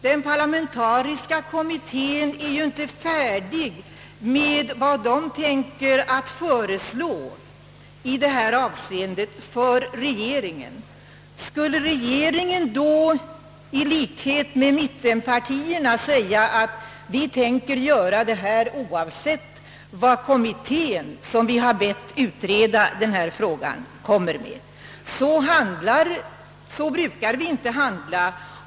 Den parlamentariska kommittén är ju ännu inte färdig att avlämna sitt förslag i detta ärende till regeringen. Skulle regeringen i likhet med mittenpartierna säga att man tänker handla på ett visst sätt oavsett vad den kommittén kommer fram till som regeringen har bett att utreda denna fråga? Så brukar man inte handla.